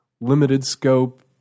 limited-scope